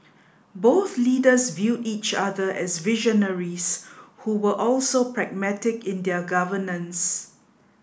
both leaders viewed each other as visionaries who were also pragmatic in their governance